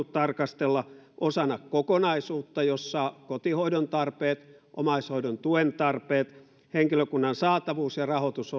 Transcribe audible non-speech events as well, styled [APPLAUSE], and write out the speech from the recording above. [UNINTELLIGIBLE] tarkastella osana kokonaisuutta jossa kotihoidon tarpeet omaishoidon tuen tarpeet henkilökunnan saatavuus ja rahoitus [UNINTELLIGIBLE]